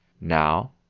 Now